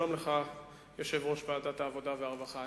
שלום לך, יושב-ראש ועדת העבודה והרווחה.